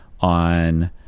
on